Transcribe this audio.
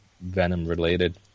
Venom-related